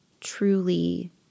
truly